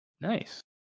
Nice